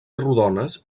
rodones